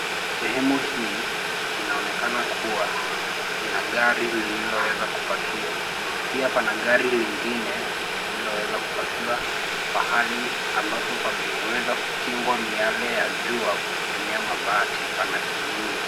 Sehemu hii inaonekana kuwa ina gari lilioweza kupakiwa. Pia pana gari lingine lililoweza kupakiwa pahali ambapo pameweza kukingwa miale ya jua kutumia mabati pana kivuli.